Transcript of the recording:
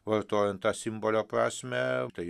vartojant tą simbolio prasmę tai